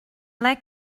like